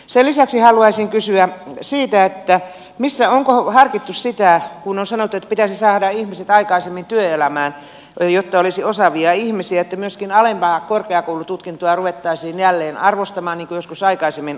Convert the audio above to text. sen lisäksi haluaisin kysyä siitä onko harkittu sitä kun on sanottu että pitäisi saada ihmiset aikaisemmin työelämään jotta olisi osaavia ihmisiä että myöskin alempaa korkeakoulututkintoa ruvettaisiin jälleen arvostamaan niin kuin joskus aikaisemmin arvostettiin